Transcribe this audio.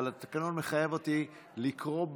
אבל התקנון מחייב אותי לקרוא בשמות,